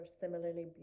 similarly